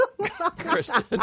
Kristen